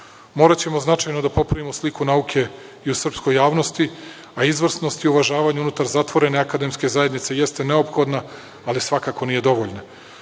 Moraćemo značajno da popravimo sliku nauke i u srpskoj javnosti, a izvrsnost i uvažavanje unutar zatvorene akademske zajednice jeste neophodna, ali svakako nije dovoljna. Zato